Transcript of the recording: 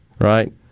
right